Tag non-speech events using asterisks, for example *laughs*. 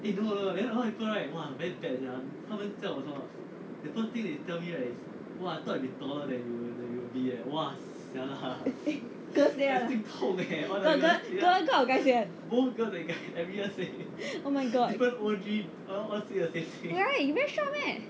*laughs* girl say [one] ah no girl girl or guy say [one] *laughs* oh my god *noise* you very short meh